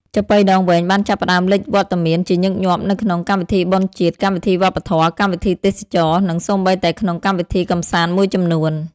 ចាប៉ីដងវែងបានចាប់ផ្តើមលេចវត្តមានជាញឹកញាប់នៅក្នុង កម្មវិធីបុណ្យជាតិ កម្មវិធីវប្បធម៌ កម្មវិធីទេសចរណ៍ និងសូម្បីតែក្នុងកម្មវិធីកម្សាន្តមួយចំនួន។